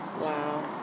Wow